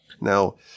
Now